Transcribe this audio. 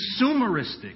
consumeristic